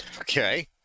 Okay